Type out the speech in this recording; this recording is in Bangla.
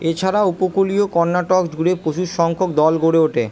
এছাড়া উপকূলীয় কর্ণাটক জুড়ে প্রচুর সংখ্যক দল গড়ে ওঠে